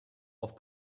auf